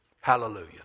Hallelujah